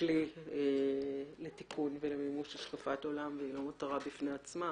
כלי לטיפול בעניינים של השקפת עולם ואינה מטרה בפני עצמה